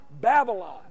Babylon